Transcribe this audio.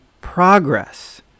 progress